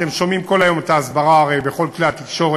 אתם שומעים כל היום את ההסברה בכל כלי התקשורת,